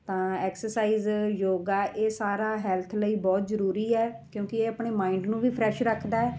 ਤਾਂ ਐਕਸਰਸਾਈਜ਼ ਯੋਗਾ ਇਹ ਸਾਰਾ ਹੈਲਥ ਲਈ ਬਹੁਤ ਜ਼ਰੂਰੀ ਹੈ ਕਿਉਂਕਿ ਇਹ ਆਪਣੇ ਮਾਇੰਡ ਨੂੰ ਵੀ ਫਰੈਸ਼ ਰੱਖਦਾ